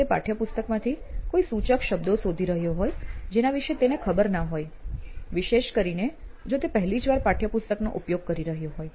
તે પાઠ્યપુસ્તકમાંથી કોઈ સૂચક શબ્દો શોધી રહ્યો હોય જેના વિષે તેને ખબર ના હોય વિશેષ કરીને જો તે પહેલી જ વાર પાઠયપુસ્તકનો ઉપયોગ કરી રહ્યો હોય